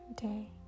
day